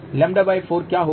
λ4 क्या होगा